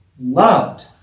loved